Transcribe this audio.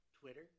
Twitter